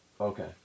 Okay